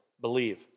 believe